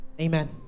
Amen